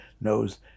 knows